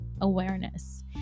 awareness